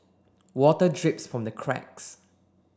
water drips from the cracks